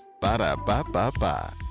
Ba-da-ba-ba-ba